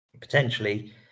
potentially